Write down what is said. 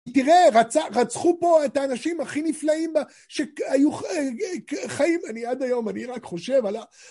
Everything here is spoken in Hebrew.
תראה, רצחו פה את האנשים הכי נפלאים שהיו חיים, אני עד היום, אני רק חושב עליו.